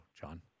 John